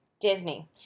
Disney